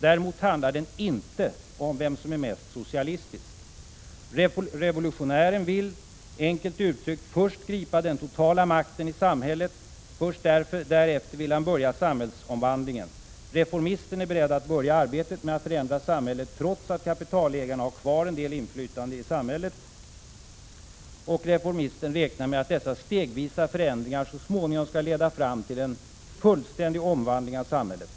Däremot handlar den inte om vem som är mest "socialistisk. Revolutionären vill, enkelt uttryckt, först gripa den totala makten i samhället. Först därefter vill han börja samhällsomvandlingen. ——— Reformisten är beredd att börja arbetet med att förändra samhället trots att kapitalägaren har kvar en del inflytande i samhället. Och reformisten räknar med att dessa stegvisa förändringar så småningom skall leda fram till en fullständig omvandling av samhället.